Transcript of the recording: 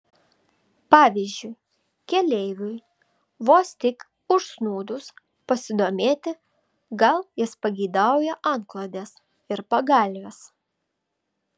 pavyzdžiui keleiviui vos tik užsnūdus pasidomėti gal jis pageidauja antklodės ir pagalvės